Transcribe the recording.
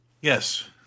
Yes